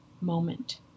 moment